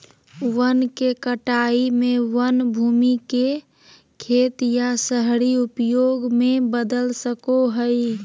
वन के कटाई में वन भूमि के खेत या शहरी उपयोग में बदल सको हइ